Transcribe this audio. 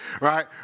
Right